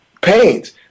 pains